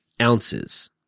ounces